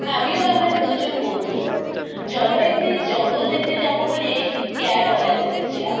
আমি ও আমার দুজন বন্ধু জলপাইগুড়ির জঙ্গল দেখতে যাব বলে একটি ক্যাব অর্ডার করেছিলাম